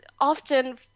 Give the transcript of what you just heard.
often